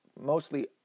mostly